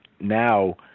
now